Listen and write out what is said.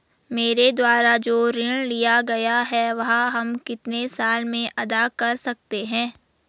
मेरे द्वारा जो ऋण लिया गया है वह हम कितने साल में अदा कर सकते हैं?